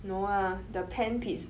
no ah the pan pizz~